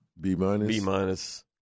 B-minus